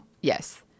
yes